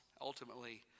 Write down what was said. ultimately